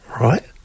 right